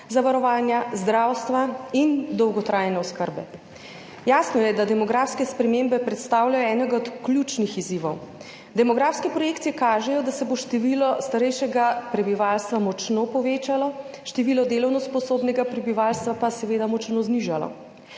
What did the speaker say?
zavarovanja, zdravstva in dolgotrajne oskrbe. Jasno je, da demografske spremembe predstavljajo enega od ključnih izzivov. Demografske projekcije kažejo, da se bo število starejšega prebivalstva močno povečalo, število delovno sposobnega prebivalstva pa seveda močno znižalo,